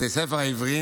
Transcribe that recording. בתי הספר העבריים,